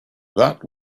that